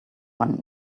one